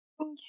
Okay